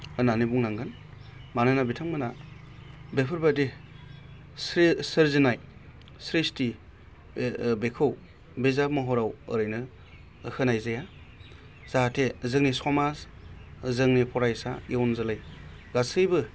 होन्नानै बुंनांगोन मानोना बिथांमोनहा बेफोरबादि सोरजिनाय स्रिस्थि बेखौ बिजाब महराव ओरैनो होनाय जाया जाहाथे जोंनि समाज जोंनि फरायसा इयुनजोलै गासैबो